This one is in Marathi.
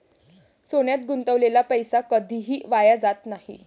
सोन्यात गुंतवलेला पैसा कधीही वाया जात नाही